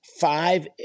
five